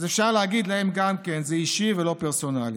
אז אפשר להגיד להם גם כן: זה אישי ולא פרסונלי.